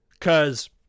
Cause